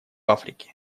африке